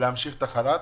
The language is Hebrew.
להמשיך את החל"ת